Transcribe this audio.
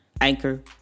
Anchor